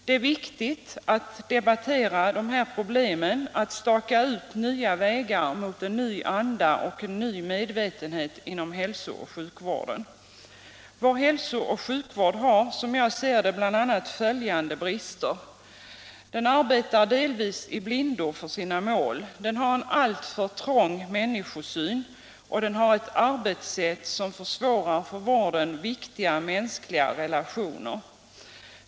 Det är viktigt att debattera dessa problem och staka ut nya vägar mot en ny anda och en ny medvetenhet inom hälso och sjukvården. Vår hälso och sjukvård har, som jag ser det, bl.a. följande brister: 1. Den arbetar delvis i blindo för sina mål. 2. Den har en alltför trång människosyn. forskning inom 110 3.